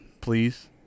please